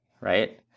right